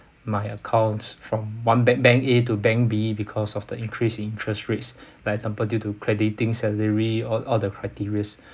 my account from one bank bank A to bank B because of the increase interest rates for example due to crediting salary all all the criterias